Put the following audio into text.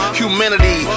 humanity